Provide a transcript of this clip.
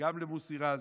גם למוסי רז,